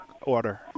order